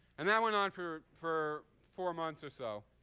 and that went on for for four months or so.